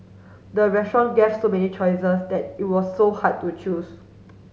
the restaurant gave so many choices that it was so hard to choose